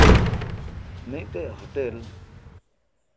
ᱢᱤᱫᱴᱮᱡ ᱦᱳᱴᱮᱞ